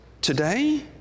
today